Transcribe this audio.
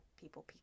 people